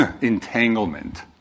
entanglement